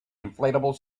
inflatable